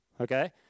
Okay